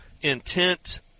intent